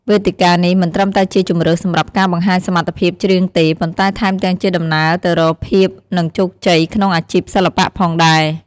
វេទិកានេះមិនត្រឹមតែជាជម្រើសសម្រាប់ការបង្ហាញសមត្ថភាពចម្រៀងទេ ប៉ុន្តែថែមទាំងជាដំណើរទៅរកភាព និងជោគជ័យក្នុងអាជីពសិល្បៈផងដែរ។